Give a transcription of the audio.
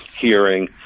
hearing